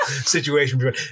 situation